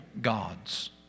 gods